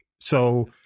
So-